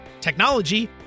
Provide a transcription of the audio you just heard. technology